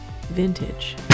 vintage